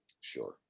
sure